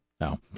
No